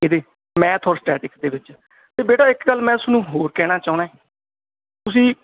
ਇਹਦੀ ਮੈਥ ਔਰ ਸਟੈਟਿਕ ਦੇ ਵਿੱਚ ਅਤੇ ਬੇਟਾ ਇੱਕ ਗੱਲ ਮੈਂ ਤੁਹਾਨੂੰ ਹੋਰ ਕਹਿਣਾ ਚਾਹੁੰਦਾ ਤੁਸੀਂ